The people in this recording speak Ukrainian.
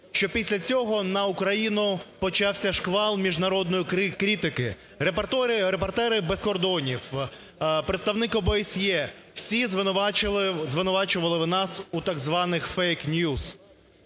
що після цього на Україну почався шквал міжнародної критики: "Репортери без кордонів", представник ОБСЄ – всі звинувачували нас у так званих фейкньюс.